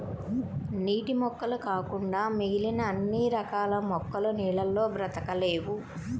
నీటి మొక్కలు కాకుండా మిగిలిన అన్ని రకాల మొక్కలు నీళ్ళల్లో బ్రతకలేవు